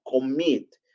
commit